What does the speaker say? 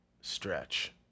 stretch